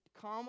come